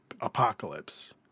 apocalypse